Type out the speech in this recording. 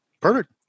Perfect